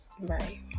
Right